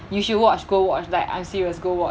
you should watch go watch like I'm serious go watch